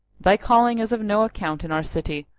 thy calling is of no account in our city,